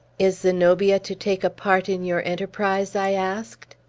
is zenobia to take a part in your enterprise? i asked.